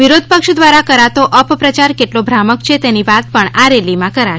વિરોધપક્ષ દ્વારા કરતો આપ પ્રચાર કેટલો ભ્રામક છે તેની વાત પણ આ રેલી માં કરશે